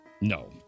No